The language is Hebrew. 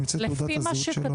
לפי תעודת הזהות שלו.